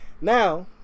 Now